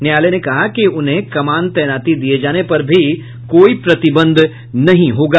न्यायालय ने कहा कि उन्हें कमान तैनाती दिये जाने पर भी कोई प्रतिबंध नहीं होगा